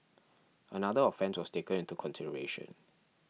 another offence was taken into consideration